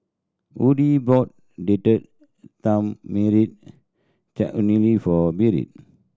Audy bought Date Tamarind Chutney for Britt